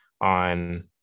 on